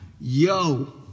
Yo